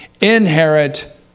inherit